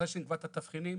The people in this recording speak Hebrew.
אחרי שנקבע את התבחינים